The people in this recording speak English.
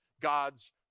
God's